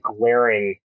glaring